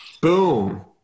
Boom